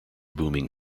booming